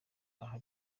aho